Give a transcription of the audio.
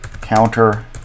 counter